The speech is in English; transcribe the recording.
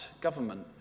government